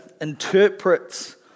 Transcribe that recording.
interprets